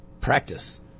Practice